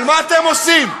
אבל מה אתם עושים?